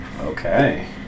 Okay